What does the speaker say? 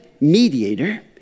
mediator